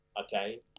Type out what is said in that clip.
okay